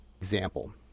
Example